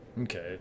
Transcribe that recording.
okay